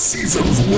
Seasons